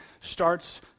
starts